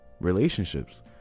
Relationships